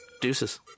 Deuces